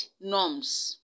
norms